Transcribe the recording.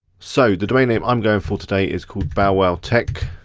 so the domain name i'm going for today is called bowwowtech.